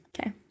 Okay